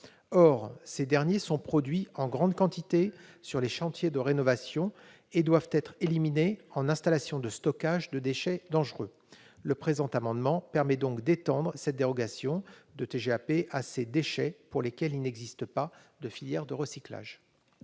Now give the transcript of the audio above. Or ces derniers sont produits en grande quantité sur les chantiers de rénovation et doivent être éliminés en installation de stockage de déchets dangereux. Le présent amendement vise donc à étendre la dérogation de TGAP à ces déchets pour lesquels il n'existe pas de filière de recyclage.